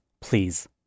Please